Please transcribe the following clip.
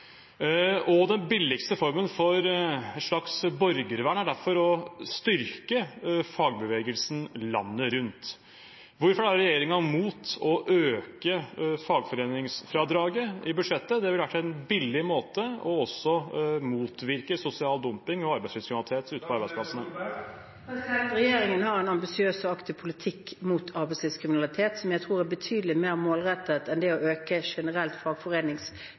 foregår. Den billigste formen for et slags borgervern er derfor å styrke fagbevegelsen landet rundt. Hvorfor er regjeringen mot å øke fagforeningsfradraget i budsjettet? Det ville vært en billig måte og også motvirket sosial dumping og arbeidslivskriminalitet. Regjeringen har en ambisiøs og aktiv politikk mot arbeidslivskriminalitet som jeg tror er betydelig mer målrettet enn generelt å øke